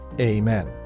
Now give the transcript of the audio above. Amen